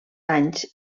anys